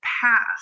past